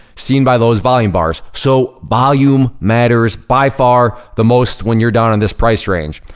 seen by those volume bars. so volume matters by far the most when you're down in this price range.